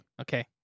Okay